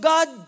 God